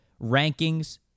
rankings